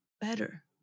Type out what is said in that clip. better